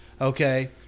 Okay